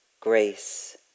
grace